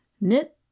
Knit